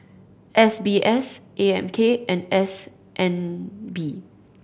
S B S A M K and S N B